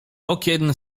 okien